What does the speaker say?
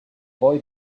boy